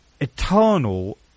eternal